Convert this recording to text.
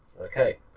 okay